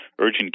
Urgent